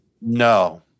No